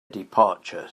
departure